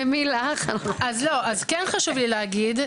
כן חשוב לי להגיד,